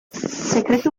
sekretu